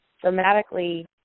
dramatically